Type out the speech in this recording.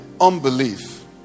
unbelief